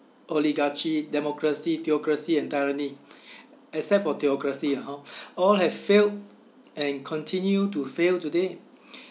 oligarchy democracy theocracy and tyranny except for theocracy lah hor all have failed and continue to fail today